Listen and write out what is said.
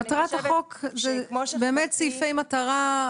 אלה סעיפי מטרה,